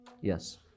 Yes